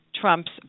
Trump's